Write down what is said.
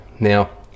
Now